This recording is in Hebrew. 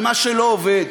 על מה שלא עובד